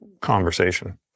conversation